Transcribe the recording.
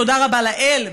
ותודה רבה לאל,